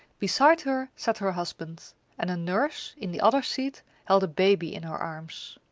beside her sat her husband and a nurse, in the other seat, held a baby in her arms.